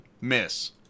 miss